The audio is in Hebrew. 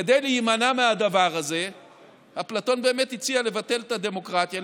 כדי להימנע מהדבר הזה אפלטון באמת הציע לבטל את הדמוקרטיה,